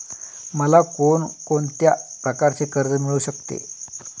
मला कोण कोणत्या प्रकारचे कर्ज मिळू शकते?